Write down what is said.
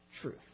truth